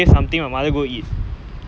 வயித்தெரிச்சல்:vayitterichal